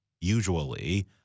Usually